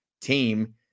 team